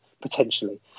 potentially